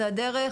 זו הדרך